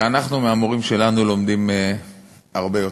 שאנחנו מהמורים שלנו לומדים הרבה יותר,